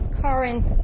current